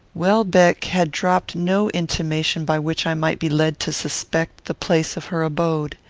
welbeck had dropped no intimation by which i might be led to suspect the place of her abode.